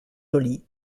joly